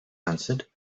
answered